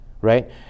right